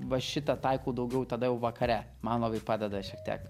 va šitą taikau daugiau tada jau vakare man labai padeda šiek tiek